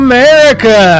America